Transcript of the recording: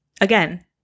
Again